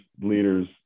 leaders